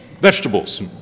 vegetables